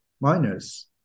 miners